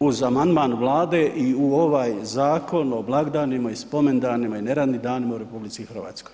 uz amandman Vlade i u ovaj Zakon o blagdanima i spomendanima i neradnim danima u RH.